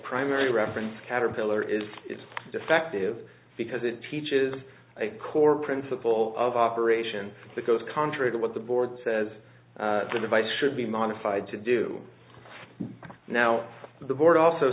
primary reference caterpillar is defective because it teaches a core principle of operation that goes contrary to what the board says the device should be modified to do now the board also